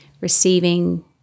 receiving